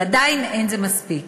אבל עדיין אין זה מספיק.